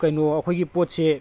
ꯀꯩꯅꯣ ꯑꯩꯈꯣꯏꯒꯤ ꯄꯣꯠꯁꯦ